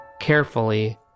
carefully